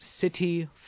City